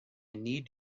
need